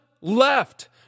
left